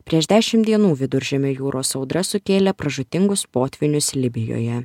prieš dešim dienų viduržemio jūros audra sukėlė pražūtingus potvynius libijoje